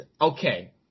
okay –